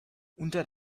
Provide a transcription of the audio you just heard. unter